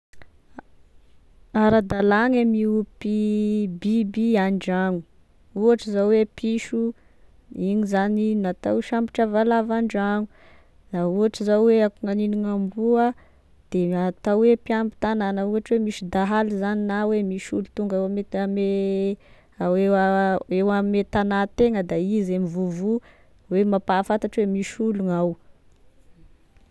Ara-dala gne miompy biby an-dragno ohatry zao hoe piso, igny zany natao hisambotry valavo an-dragno, da ohatry zao hoe gn'aniny gn'amboa de gn'atao hoe mpiambi-tagnana ohatry hoe misy dahalo zany na hoe nisy olo tonga ame ao eo ame tagnategna da izy e mivovoa hoe mampahafantatry hoe misy olo ao.